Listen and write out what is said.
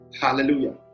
Hallelujah